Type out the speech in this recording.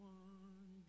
one